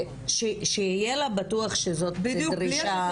שיהיה לה בטוח שזאת דרישה מאוד.